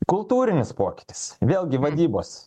kultūrinis pokytis vėlgi vadybos